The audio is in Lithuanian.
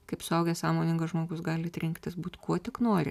kaip suaugęs sąmoningas žmogus galit rinktis būt kuo tik nori